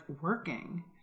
working